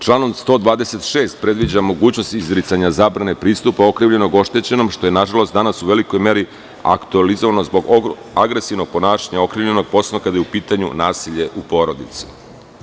Članom 126. predviđa mogućnost izricanja zabrane pristupa okrivljenog, oštećenom, što je nažalost, danas u velikoj meri aktuelizovano zbog agresivnog ponašanja okrivljenog, posebno kada je u pitanju nasilje u porodici.